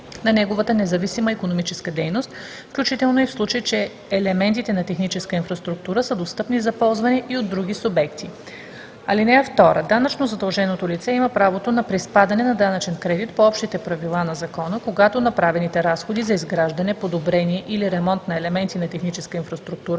на неговата независима икономическа дейност, включително и в случай, че елементите на техническа инфраструктура са достъпни за ползване и от други субекти. (2) Данъчно задълженото лице има правото на приспадане на данъчен кредит по общите правила на закона, когато направените разходи за изграждане, подобрение или ремонт на елементи на техническа инфраструктура